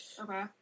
Okay